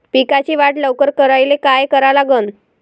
पिकाची वाढ लवकर करायले काय करा लागन?